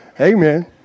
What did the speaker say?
Amen